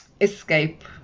escape